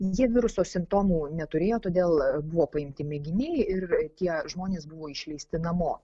jie viruso simptomų neturėjo todėl buvo paimti mėginiai ir tie žmonės buvo išleisti namo